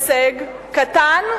הישג קטן,